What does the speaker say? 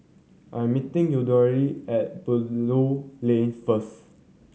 I'm meeting Yuridia at Belilio Lane first